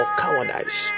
cowardice